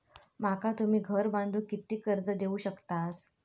माका तुम्ही घर बांधूक किती कर्ज देवू शकतास?